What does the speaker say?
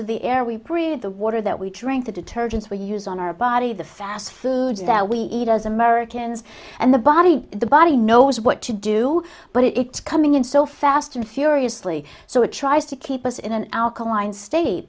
of the air we breathe the water that we drink the detergents we use on our body the fast food that we eat as americans and the body the body knows what to do but it's coming in so fast and furiously so it tries to keep us in an alkaline state